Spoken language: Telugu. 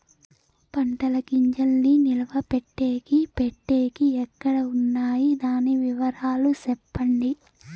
పంటల గింజల్ని నిలువ పెట్టేకి పెట్టేకి ఎక్కడ వున్నాయి? దాని వివరాలు సెప్పండి?